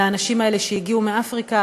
לאנשים האלה שהגיעו מאפריקה